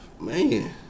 Man